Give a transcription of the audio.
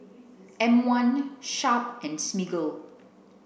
M One Sharp and Smiggle